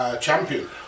champion